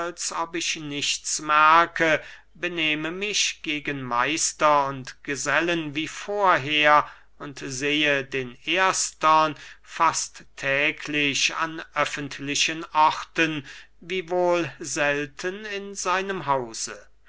ob ich nichts merke benehme mich gegen meister und gesellen wie vorher und sehe den erstern fast täglich an öffentlichen orten wiewohl selten in seinem hause